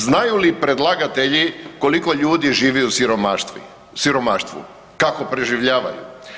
Znaju li predlagatelji koliko ljudi živu u siromaštvu, kako preživljavaju?